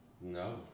No